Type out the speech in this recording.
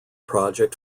project